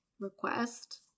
Request